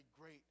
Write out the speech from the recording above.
great